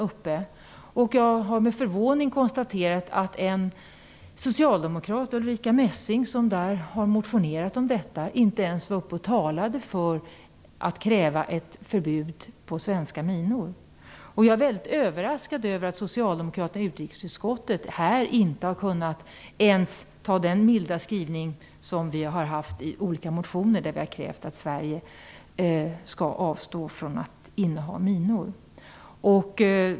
Jag konstaterade med förvåning att en socialdemokrat - Ulrica Messing - som har motionerat om detta inte ens talade för ett förbud för svenska minor. Jag är väldigt överraskad över att socialdemokraterna i utrikesutskottet inte ens har kunnat acceptera den milda skrivning som vi har haft i olika motioner, där vi har krävt att Sverige skall avstå från att inneha minor.